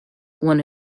one